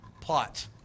plot